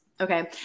Okay